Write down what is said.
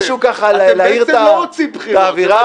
אתם בעצם לא רוצים בחירות.